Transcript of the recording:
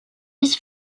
his